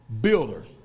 builder